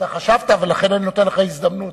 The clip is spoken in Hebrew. חשבת ולכן אני נותן לך הזדמנות.